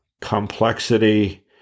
complexity